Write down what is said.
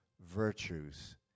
virtues